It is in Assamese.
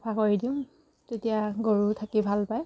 চফা কৰি দিওঁ তেতিয়া গৰু থাকি ভাল পায়